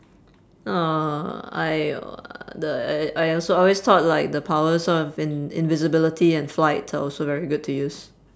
uh I uh the I also always thought like the powers of in~ invisibility and flight are also very good to use